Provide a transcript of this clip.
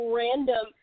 random